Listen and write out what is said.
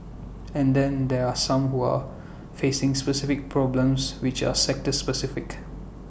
and then there are some who are facing specific problems which are sector specific